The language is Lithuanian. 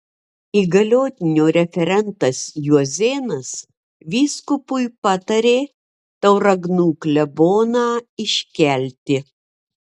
įgaliotinio referentas juozėnas vyskupui patarė tauragnų kleboną iškelti